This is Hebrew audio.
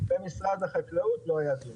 במשרד החקלאות לא היה דיון.